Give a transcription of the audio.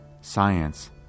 science